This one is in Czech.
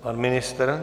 Pan ministr?